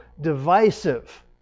divisive